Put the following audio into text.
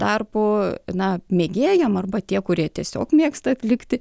tarpu na mėgėjam arba tie kurie tiesiog mėgsta atlikti